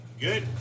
Good